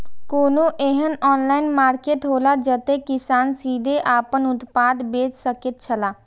कोनो एहन online market हौला जते किसान सीधे आपन उत्पाद बेच सकेत छला?